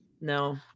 No